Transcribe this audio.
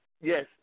Yes